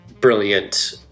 brilliant